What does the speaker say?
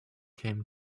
came